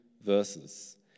verses